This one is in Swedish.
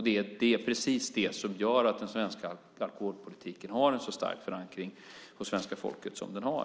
Det är precis det som gör att den svenska alkoholpolitiken har en så stark förankring hos svenska folket som den har.